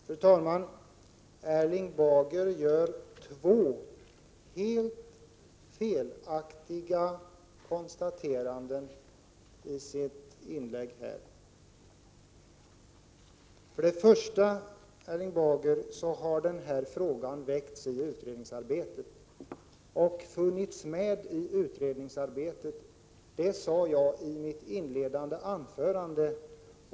Fru talman! Erling Bager gör två helt felaktiga konstaterandeni sitt inlägg. För det första, Erling Bager, har den här frågan väckts under utredningsarbetet och funnits med i utredningsarbetet. Det sade jag i mitt inledande anförande.